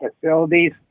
facilities